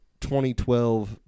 2012